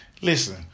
Listen